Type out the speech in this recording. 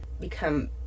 become